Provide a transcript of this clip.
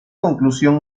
conclusión